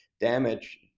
damage